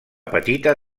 petita